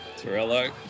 Torello